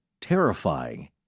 terrifying